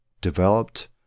developed